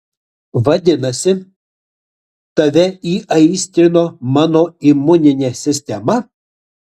vadinasi tave įaistrino mano imuninė sistema